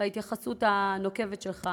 להתייחסות הנוקבת שלך